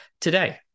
today